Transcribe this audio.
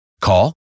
Call